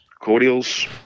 cordials